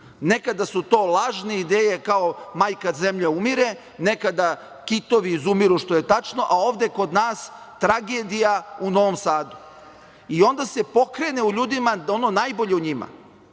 Nekada su to lažne ideje, kao majka zemlja umire, nekada kitovi izumiru, što je tačno, a ovde kod nas tragedija u Novom Sadu. I onda se pokrene u ljudima ono najbolje u njima,